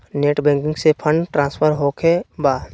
Net banking से fund transfer होखें बा?